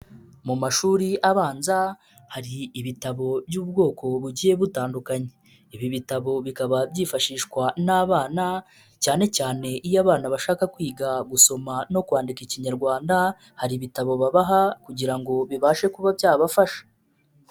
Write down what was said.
Mu mashuri abanza hari ibitabo by'ubwoko bugiye butandukanye, ibi bitabo bikaba byifashishwa n'abana, cyane cyane iyo abana bashaka kwiga gusoma no kwandika Ikinyarwanda, hari ibitabo babaha kugira ngo bibashe kuba byabafasha.